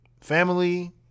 family